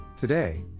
Today